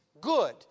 good